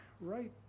right